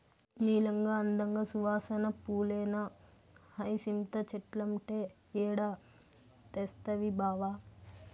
నీలంగా, అందంగా, సువాసన పూలేనా హైసింత చెట్లంటే ఏడ తెస్తవి బావా